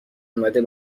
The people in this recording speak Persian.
اومده